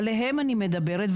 עליהם אני מדברת,